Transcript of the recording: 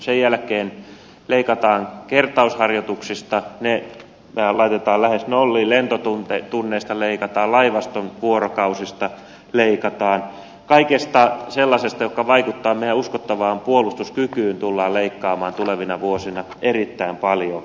sen jälkeen leikataan kertausharjoituksista ne laitetaan lähes nolliin lentotunneista leikataan laivaston vuorokausista leikataan kaikesta sellaisesta joka vaikuttaa meidän uskottavaan puolustuskykyymme tullaan leikkaamaan tulevina vuosina erittäin paljon